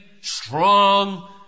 strong